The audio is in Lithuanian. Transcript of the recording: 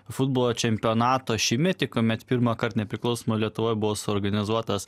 futbolo čempionato šimtmetį kuomet pirmąkart nepriklausomoj lietuvoj buvo suorganizuotas